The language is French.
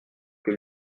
que